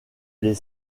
les